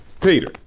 Peter